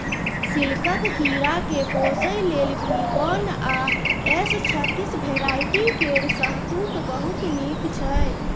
सिल्कक कीराकेँ पोसय लेल भी वन आ एस छत्तीस भेराइटी केर शहतुत बहुत नीक छै